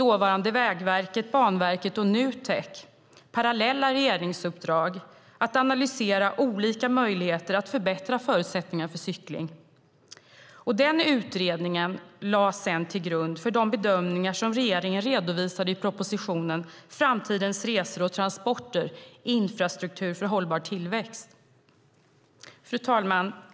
Dåvarande Vägverket, Banverket och Nutek fick då parallella regeringsuppdrag att analysera olika möjligheter att förbättra förutsättningarna för cykling. Den utredningen lades sedan till grund för de bedömningar som regeringen redovisade i propositionen Framtidens resor och transporter - infrastruktur för hållbar tillväxt . Fru talman!